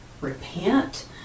repent